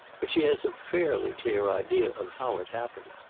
but she has a fairly clear idea of how it happened.